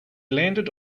landed